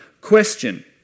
question